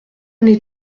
n’est